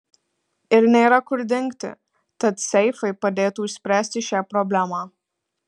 ir nėra kur dingti tad seifai padėtų išspręsti šią problemą